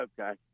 okay